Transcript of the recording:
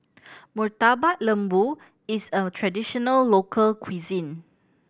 Murtabak Lembu is a traditional local cuisine